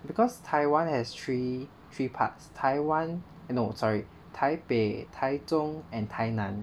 because Taiwan has three three parts Taiwan and oh sorry taipei taichung and tainan